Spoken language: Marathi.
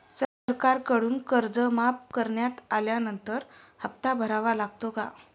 सरकारकडून कर्ज माफ करण्यात आल्यानंतर हप्ता भरावा लागेल का?